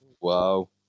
Wow